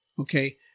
okay